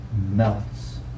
melts